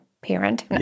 parent